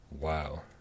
wow